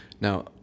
Now